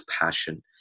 passion